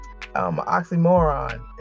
oxymoron